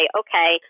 okay